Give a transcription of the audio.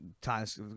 times